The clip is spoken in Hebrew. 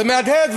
זה מהדהד,